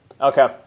Okay